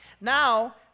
Now